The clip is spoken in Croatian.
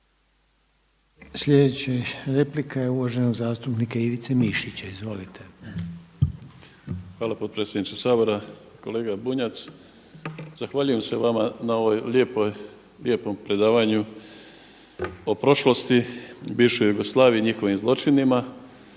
Sljedeća replika je uvaženog zastupnika Ivice Mišića. Izvolite. **Mišić, Ivica (Promijenimo Hrvatsku)** Hvala potpredsjedniče Sabora. Kolega Bunjac, zahvaljujem se vama na ovom lijepom predavanju o prošlosti, bivšoj Jugoslaviji, njihovim zločinima.